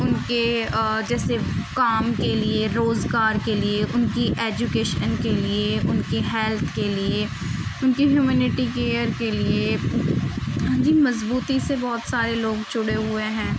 ان کے جیسے کام کے لیے روزگار کے لیے ان کی ایجوکیشن کے لیے ان کی ہیلتھ کے لیے ان کی ہیوومینٹی کیئر کے لیے جی مضبوطی سے بہت سارے لوگ جڑے ہوئے ہیں